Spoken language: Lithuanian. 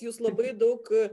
jūs labai daug